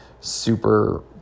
super